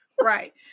right